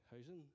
housing